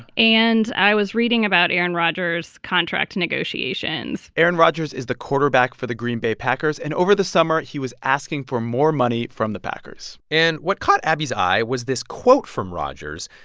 and i was reading about aaron rodgers' contract negotiations aaron rodgers is the quarterback for the green bay packers. and over the summer, he was asking for more money from the packers and what caught abbie's eye was this quote from rodgers,